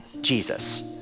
Jesus